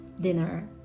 dinner